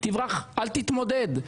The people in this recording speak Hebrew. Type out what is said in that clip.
תברח, אל תתמודד.